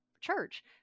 church